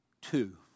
two